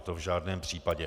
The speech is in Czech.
To v žádném případě.